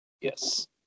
Yes